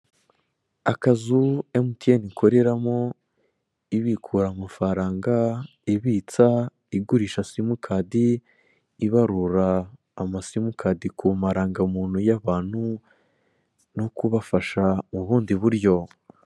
Akazu emutiyene ikoreramo ibikura amafaranga, ibitsa, igurisha simikadi, ibarura amasimukadi ku marangamuntu y'abantu no kubafasha mu bundi buryo.